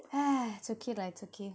ah it's okay lah it's okay